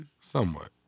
Somewhat